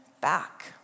back